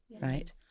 right